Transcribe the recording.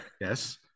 Yes